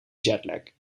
jetlag